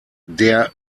der